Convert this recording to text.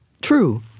true